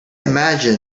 imagine